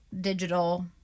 digital